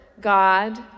god